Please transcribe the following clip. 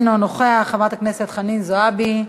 אינו נוכח, חברת הכנסת חנין זועבי,